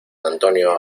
antonio